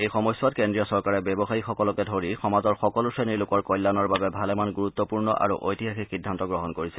এই সময়ছোৱাত কেন্দ্ৰীয় চৰকাৰে ব্যৱসায়ীসকলকে ধৰি সমাজৰ সকলো শ্ৰেণীৰ লোকৰ কল্যাণৰ বাবে ভালেমান গুৰুত্পূৰ্ণ আৰু ঐতিহাসিক সিদ্ধান্ত গ্ৰহণ কৰিছে